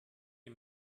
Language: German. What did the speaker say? die